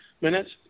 minutes